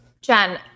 Jen